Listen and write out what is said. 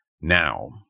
now